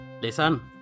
Listen